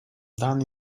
done